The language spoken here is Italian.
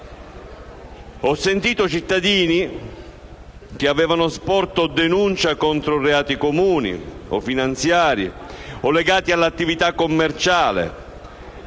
Ho sentito cittadini che hanno sporto denuncia contro reati comuni o finanziari o legati all'attività commerciale.